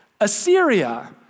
Assyria